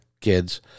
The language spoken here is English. kids